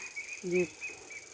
ᱡᱮ